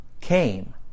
came